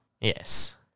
Yes